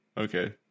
Okay